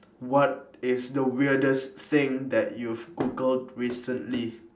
what is the weirdest thing that you've googled recently